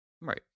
Right